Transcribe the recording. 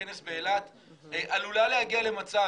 אמרתי בכנס באילת שהיא עלולה להגיע למצב,